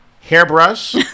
hairbrush